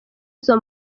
izo